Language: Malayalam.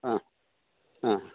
ആ ആ